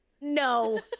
No